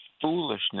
foolishness